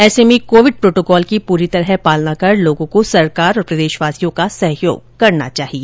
ऐसे में Covid protocol की पूरी तरह पालना कर लोगों को सरकार और प्रदेशवासियों का सहयोग करना चाहिए